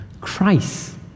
Christ